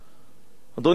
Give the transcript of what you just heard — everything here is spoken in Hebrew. אדוני הנשיא,